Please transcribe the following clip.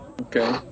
Okay